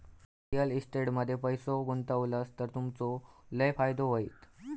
real estate मध्ये पैशे गुंतवलास तर तुमचो लय फायदो होयत